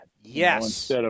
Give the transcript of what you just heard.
Yes